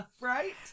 right